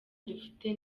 dufite